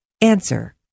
Answer